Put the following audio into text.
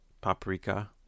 Paprika